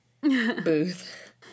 booth